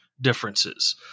differences